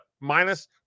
minus